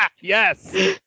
Yes